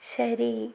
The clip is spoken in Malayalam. ശരി